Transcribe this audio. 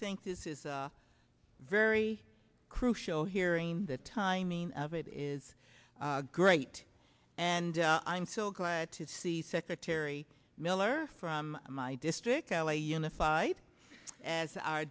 think this is a very crucial hearing the timing of it is great and i'm so glad to see secretary miller from my district l a unified as our